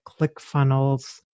ClickFunnels